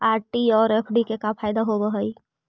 RD और FD के का फायदा होव हई?